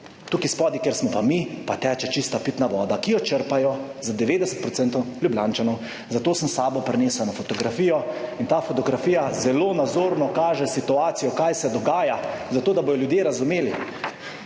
Tukaj spodaj, kjer smo pa mi, pa teče čista pitna voda, ki jo črpajo za 90 % Ljubljančanov, zato sem s sabo prinesel eno fotografijo in ta fotografija zelo nazorno kaže situacijo, kaj se dogaja, zato da bodo ljudje razumeli.